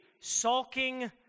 sulking